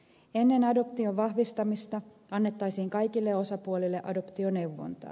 ennen adoption vahvistamista annettaisiin kaikille osapuolille adoptioneuvontaa